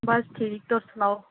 बस ठीक तुस सनाओ